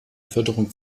förderung